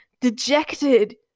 dejected